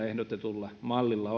ehdotetulla mallilla